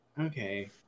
okay